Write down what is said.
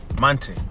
Monte